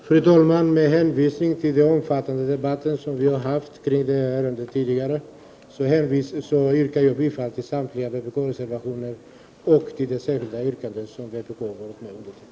Fru talman! Med hänsyn till den omfattande debatt som vi har haft i detta ärende tidigare yrkar jag bifall till samtliga vpk-reservationer och till det särskilda yrkande som vpk har undertecknat.